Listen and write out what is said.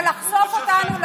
אבל לחשוף אותנו?